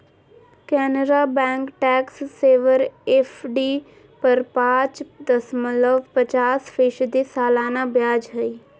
Canara bank tax saver FD पर पाच दशमलब पचास फीसदी सालाना ब्याज हइ